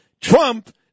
Trump